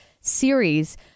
series